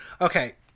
okay